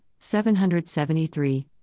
773